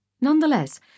Nonetheless